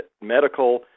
medical